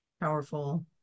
powerful